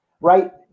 right